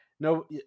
No